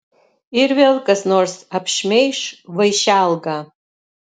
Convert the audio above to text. ir vėl kas nors apšmeiš vaišelgą